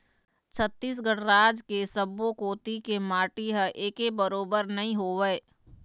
छत्तीसगढ़ राज के सब्बो कोती के माटी ह एके बरोबर नइ होवय